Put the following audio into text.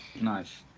Nice